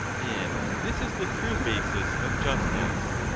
and this is the true basis of justice,